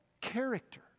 Character